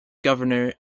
governor